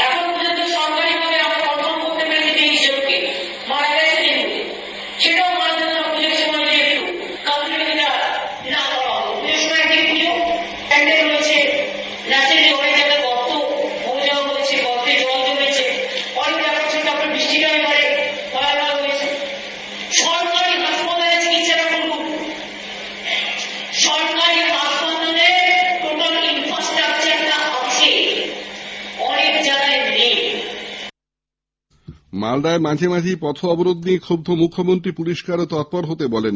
byte Mamata মালদায় মাঝেমাঝেই পথ অবরোধ নিয়ে ক্ষুব্ধ মুখ্যমন্ত্রী পুলিশকে আরো তৎপর হতে বলেন